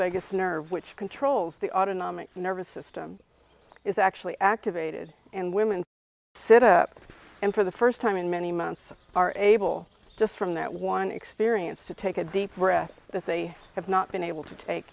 vegas nerve which controls the autonomic nervous system is actually activated and women sit up and for the first time in many months are able just from that one experience to take a deep breath that they have not been able to take